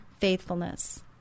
faithfulness